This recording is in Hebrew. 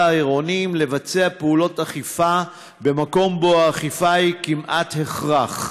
העירוניים לבצע פעולות אכיפה במקום שבו האכיפה היא כמעט הכרח.